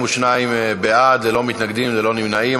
42 בעד, ללא מתנגדים, ללא נמנעים.